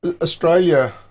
Australia